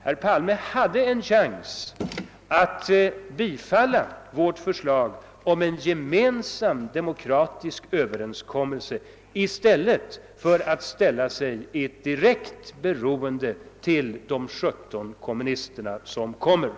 Herr Palme hade en chans att gå med på vårt förslag om en gemensam demokratisk överenskommelse i stället för att göra sig direkt beroende av de 17 kommunisterna i den nya riksdagen.